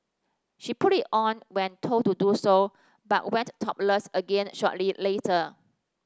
she put it on when told to do so but went topless again shortly later